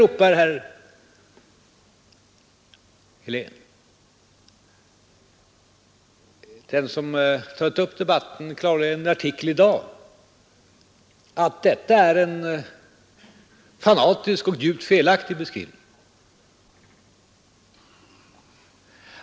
ropar herr Helén. Den som tagit upp debatten klargör i en artikel i dag att detta är en fanatisk och djupt felaktig beskrivning.